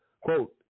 Quote